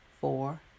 four